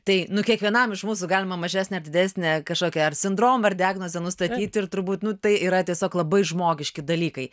tai nu kiekvienam iš mūsų galima mažesnę ar didesnę kažkokį ar sindromą ar diagnozę nustatyti ir turbūt nu tai yra tiesiog labai žmogiški dalykai